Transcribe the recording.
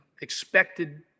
expected